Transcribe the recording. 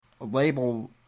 label